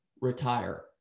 retire